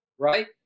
right